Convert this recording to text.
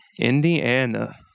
Indiana